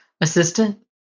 assistant